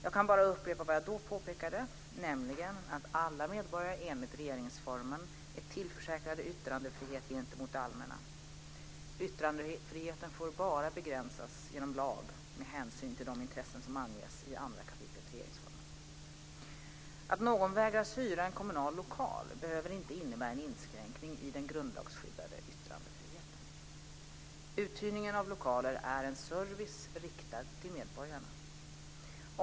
Jag kan bara upprepa vad jag då påpekade, nämligen att alla medborgare enligt regeringsformen är tillförsäkrade yttrandefrihet gentemot det allmänna. Yttrandefriheten får bara begränsas genom lag med hänsyn till de intressen som anges i 2 kap. Att någon vägras hyra en kommunal lokal behöver inte innebära en inskränkning i den grundlagsskyddade yttrandefriheten. Uthyrningen av lokaler är en service riktad till medborgarna.